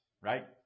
right